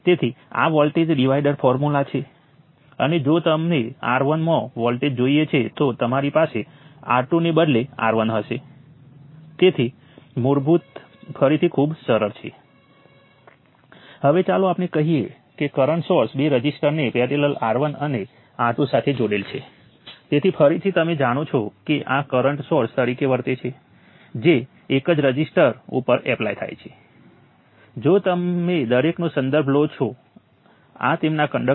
તેથી ચાલો હું કેટલાક ઉદાહરણ લઈશ અને શરૂઆતમાં હું રઝિસ્ટર અને ઈન્ડિપેન્ડેન્ટ કરંટ સોર્સો ધરાવતી સર્કિટનો વિચાર કરીશ